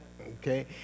Okay